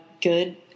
good